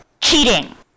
cheating